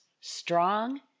strong